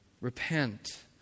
Repent